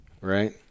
right